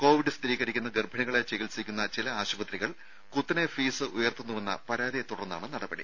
Covid സ്ഥിരീകരിക്കുന്ന ഗർഭിണികളെ ചികിത്സിക്കുന്ന ചില ആശുപത്രികൾ കുത്തനെ ഫീസ് ഉയർത്തുന്നുവെന്ന പരാതിയെ തുടർന്നാണ് നടപടി